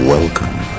Welcome